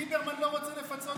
לא, לא.